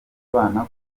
abana